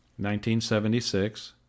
1976